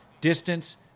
distance